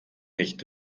nicht